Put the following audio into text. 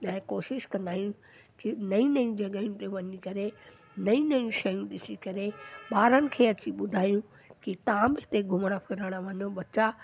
चाहे कोशिशि कंदा आहियूं की नईं नईं जॻहियुनि ते वञी करे नयूं नयूं शयूं ॾिसी करे ॿारनि खे अची ॿुधायूं की तव्हां बि इते घुमण फिरण वञो ॿचा